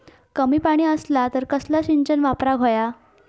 कमी पाणी असला तर कसला सिंचन वापराक होया?